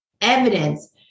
evidence